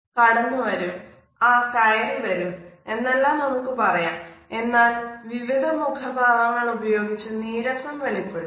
കടന്നു വരൂ ആഹ് കയറി വരൂ എന്നെല്ലാം നമുക്ക് പറയാം എന്നാൽ വിവിധ മുഖഭാവങ്ങൾ ഉപയോഗിച്ച നീരസം വെളിപെടുത്താം